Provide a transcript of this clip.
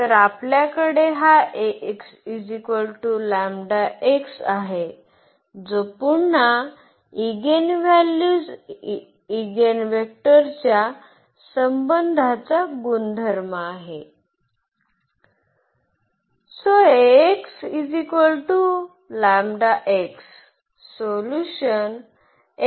तर आपल्याकडे हा आहे जो पुन्हा ईगेनव्हॅल्यूज इगेनवेक्टरच्या संबंधाचा गुणधर्म आहे